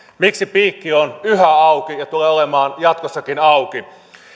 miksi piikki on yhä auki ja tulee olemaan jatkossakin auki